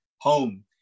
home